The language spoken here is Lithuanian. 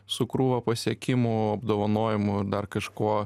su krūva pasiekimų apdovanojimų dar kažkuo